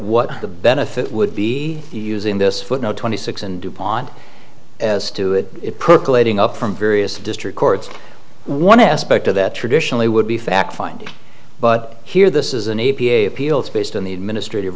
what the benefit would be using this footnote six and dupont as to it percolating up from various district courts one aspect of that traditionally would be fact finding but here this is an a p a appeals based on the administrative